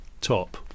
top